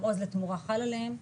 גם עוז לתמורה חל עליהם.